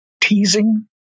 teasing